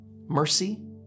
mercy